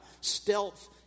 stealth